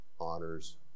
honors